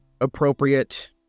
appropriate